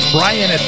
Brian